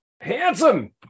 handsome